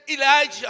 Elijah